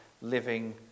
living